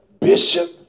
bishop